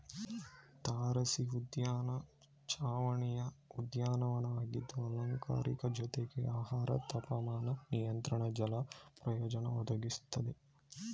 ತಾರಸಿಉದ್ಯಾನ ಚಾವಣಿಯ ಉದ್ಯಾನವಾಗಿದ್ದು ಅಲಂಕಾರಿಕ ಜೊತೆಗೆ ಆಹಾರ ತಾಪಮಾನ ನಿಯಂತ್ರಣ ಜಲ ಪ್ರಯೋಜನ ಒದಗಿಸ್ತದೆ